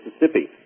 Mississippi